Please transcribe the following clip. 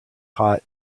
hot